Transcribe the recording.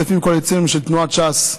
שמכספים קואליציוניים של תנועת ש"ס,